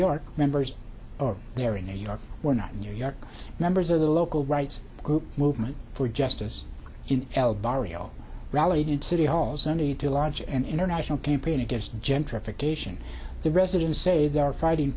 york members there in new york were not new york members of the local rights group movement for justice in el barrio rallied in city hall sunday to launch an international campaign against gentrification the residents say they are fighting